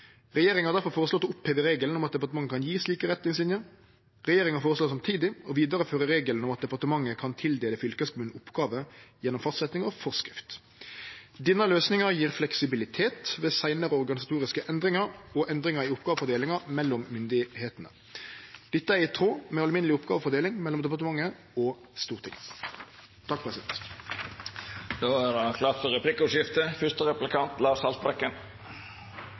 Regjeringa har difor føreslått å oppheve regelen om at departementet kan gje slike retningslinjer. Regjeringa føreslår samtidig å vidareføre regelen om at departementet kan tildele fylkeskommunane oppgåver gjennom fastsetjing av forskrift. Denne løysinga gjev fleksibilitet ved seinare organisatoriske endringar og endringar i oppgåvefordelinga mellom myndigheitene. Dette er i tråd med den alminneleg oppgåvefordeling mellom departementet og Stortinget.